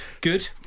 Good